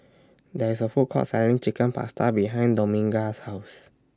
There IS A Food Court Selling Chicken Pasta behind Dominga's House